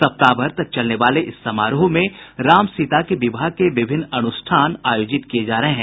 सप्ताहभर तक चलने वाले इस समारोह में राम सीता के विवाह के विभिन्न अन्ष्ठान आयोजित किए जा रहे हैं